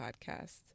podcast